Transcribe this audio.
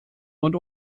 und